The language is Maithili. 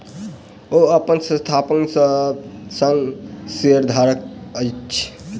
ओ अपन संस्थानक सब सॅ पैघ शेयरधारक छथि